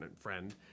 friend